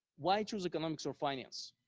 why choose economics or finance?